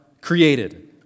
created